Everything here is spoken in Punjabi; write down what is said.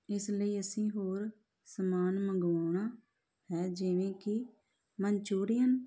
ਇਸ ਲਈ ਅਸੀਂ ਹੋਰ ਸਮਾਨ ਮੰਗਵਾਉਣਾ ਹੈ ਜਿਵੇਂ ਕਿ ਮਨਚੁਰੀਅਨ